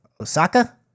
Osaka